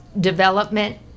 development